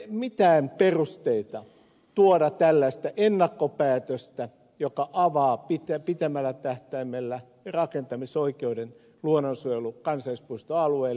ei ole mitään perusteita tuoda tällaista ennakkopäätöstä joka avaa pitemmällä tähtäimellä rakentamisoikeuden luonnonsuojelu kansallispuistoalueelle